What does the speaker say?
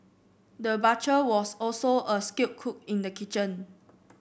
the butcher was also a skilled cook in the kitchen